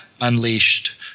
Unleashed